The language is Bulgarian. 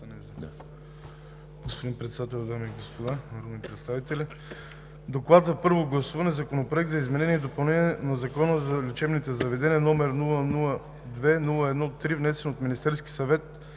Господин Председател, дами и господа народни представители! „ДОКЛАД за първо гласуване относно Законопроект за изменение и допълнение на Закона за лечебните заведения, № 002-01-3, внесен от Министерския съвет